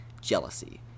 jealousy